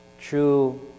true